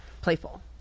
playful